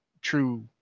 true